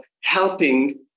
helping